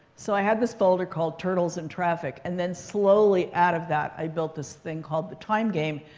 so i had this folder called turtles and traffic. and then, slowly, out of that, i built this thing called the time game.